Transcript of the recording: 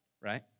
right